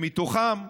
שמתוכם,